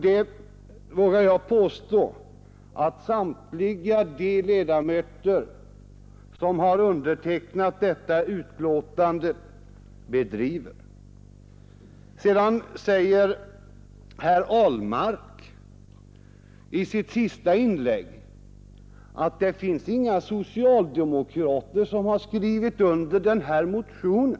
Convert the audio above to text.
Det vågar jag påstå att samtliga de ledamöter gör som har undertecknat detta betänkande. Sedan säger herr Ahlmark i sitt senaste inlägg att inga socialdemokra Nr 57 ter har skrivit under den här motionen.